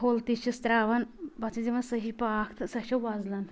full تہِ چھِس ترٛاوان پتہٕ چھِس دِوان صحیٖح پاکھ تہٕ سۄ چھِ وۄزلان